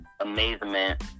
Amazement